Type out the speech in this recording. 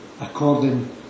according